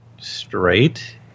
straight